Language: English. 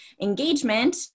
engagement